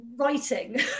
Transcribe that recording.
Writing